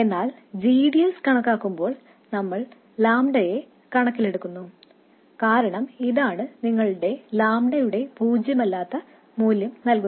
എന്നാൽ g d s കണക്കാക്കുമ്പോൾ നമ്മൾ ലാംഡയെ കണക്കിലെടുക്കുന്നു കാരണം അതാണ് നിങ്ങൾക്ക് ലാംഡയുടെ പൂജ്യമല്ലാത്ത മൂല്യം നൽകുന്നത്